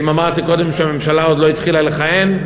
ואם אמרתי קודם שהממשלה עוד לא התחילה לכהן,